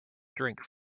drink